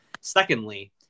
Secondly